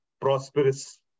prosperous